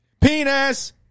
penis